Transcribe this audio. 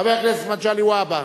חבר הכנסת מגלי והבה.